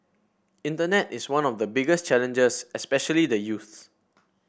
internet is one of the biggest challenges especially the youths